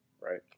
right